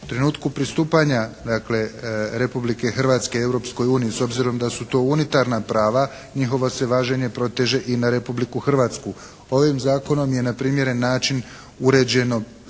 U trenutku pristupanja dakle, Republike Hrvatske Europskoj uniji s obzirom da su to unitarna prava, njihovo se važenje proteže i na Republiku Hrvatsku. Ovim zakonom je na primjeren način uređeno